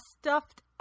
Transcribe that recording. stuffed